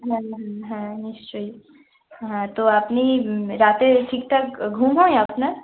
হ্যাঁ হ্যাঁ হ্যাঁ নিশ্চয়ই হ্যাঁ তো আপনি রাতে ঠিক ঠাক ঘুম হয় আপনার